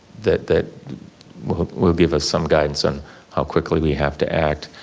that that will give us some guidance on how quickly we have to act.